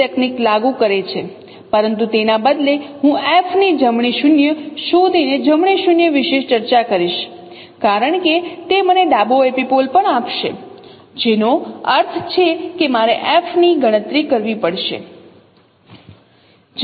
પરંતુ તેના બદલે હું F ની જમણી શૂન્ય શોધીને જમણી શૂન્ય વિશે ચર્ચા કરીશ કારણ કે તે મને ડાબો એપિપોલ પણ આપશે જેનો અર્થ છે કે મારે F ની ગણતરી કરવી પડશે